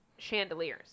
chandeliers